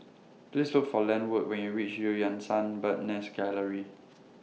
Please Look For Lenwood when YOU REACH EU Yan Sang Bird's Nest Gallery